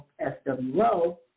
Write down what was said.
SWO